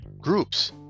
groups